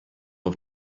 auf